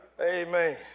Amen